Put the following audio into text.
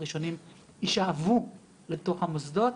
הראשונים ישאבו ישירות לתוך המוסדות.